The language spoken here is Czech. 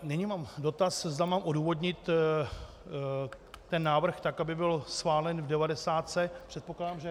Nyní mám dotaz, zda mám odůvodnit ten návrh tak, aby byl schválen v devadesátce, předpokládám, že...